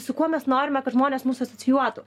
su kuo mes norime kad žmonės mus asocijuotų